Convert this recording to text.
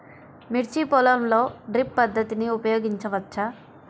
మిర్చి పొలంలో డ్రిప్ పద్ధతిని ఉపయోగించవచ్చా?